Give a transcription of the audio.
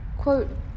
Quote